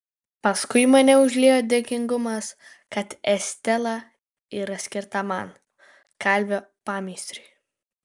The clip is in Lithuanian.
paskui mane užliejo dėkingumas kad estela yra skirta man kalvio pameistriui